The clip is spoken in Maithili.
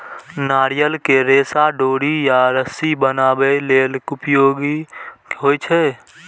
नारियल के रेशा डोरी या रस्सी बनाबै लेल उपयोगी होइ छै